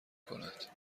کند